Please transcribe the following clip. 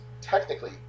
technically